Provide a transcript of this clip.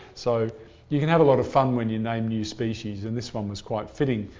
so you can have a lot of fun when you name new species and this one was quite fitting.